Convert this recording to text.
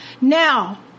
Now